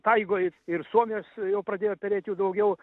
taigoj ir suomijos jau pradėjo perėt jų daugiau